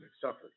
suffered